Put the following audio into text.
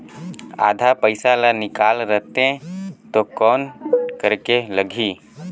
आधा पइसा ला निकाल रतें तो कौन करेके लगही?